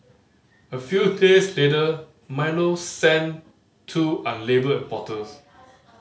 a few days later Milo sent two unlabelled bottles